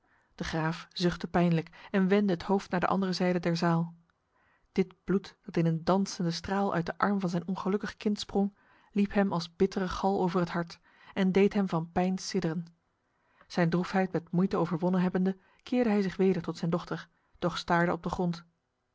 de graaf zuchtte pijnlijk en wendde het hoofd naar de andere zijde der zaal dit bloed dat in een dansende straal uit de arm van zijn ongelukkig kind sprong liep hem als bittere gal over het hart en deed hem van pijn sidderen zijn droefheid met moeite overwonnen hebbende keerde hij zich weder tot zijn dochter doch staarde op de grond